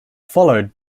followed